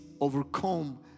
overcome